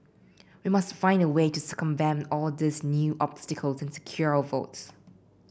we must find a way to circumvent all these new obstacles and secure our votes